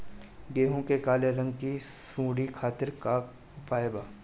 गेहूँ में काले रंग की सूड़ी खातिर का उपाय बा?